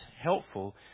helpful